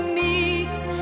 meets